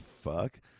fuck